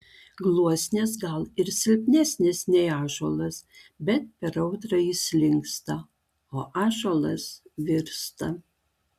gluosnis gal ir silpnesnis nei ąžuolas bet per audrą jis linksta o ąžuolas virsta